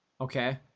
okay